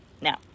now